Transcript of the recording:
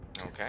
Okay